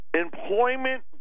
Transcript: Employment